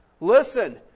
Listen